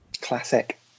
Classic